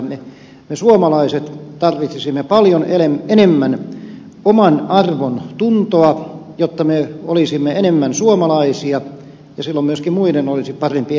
me suomalaiset tarvitsisimme paljon enemmän omanarvontuntoa jotta me olisimme enemmän suomalaisia ja silloin myöskin muiden olisi parempi elää meidän kanssamme